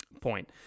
Point